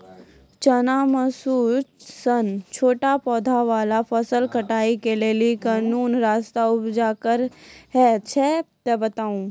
चना, मसूर सन छोट पौधा वाला फसल कटाई के लेल कूनू सस्ता उपकरण हे छै तऽ बताऊ?